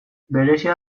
berezia